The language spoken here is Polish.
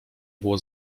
było